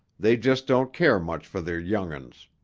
they just don't care much for their young uns.